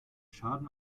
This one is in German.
schaden